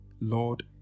Lord